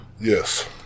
Yes